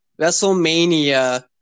WrestleMania